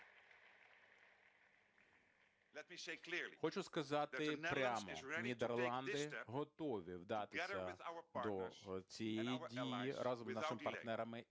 Хочу сказати прямо, Нідерланди готові вдатися до цієї дії разом з нашими партнерами і союзниками